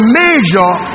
measure